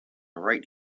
right